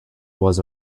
was